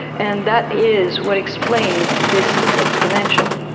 and that is what explains this exponential.